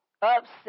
upset